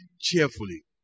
cheerfully